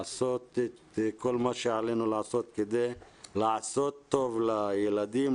לעשות כל מה שעלינו לעשות כדי לעשות טוב לילדים,